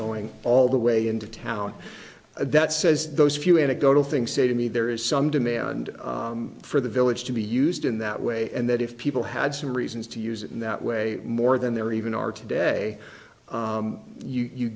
going all the way into town that says those few anecdotal things say to me there is some demand for the village to be used in that way and that if people had some reasons to use it in that way more than there even are today you